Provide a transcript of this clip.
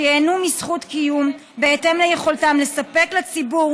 שייהנו מזכות קיום בהתאם ליכולתם לספק לציבור